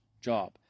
job